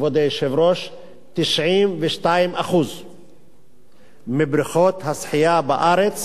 כבוד היושב-ראש: 92% מבריכות השחייה בארץ